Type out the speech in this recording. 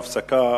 56 ו-57,